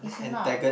it's not